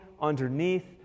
underneath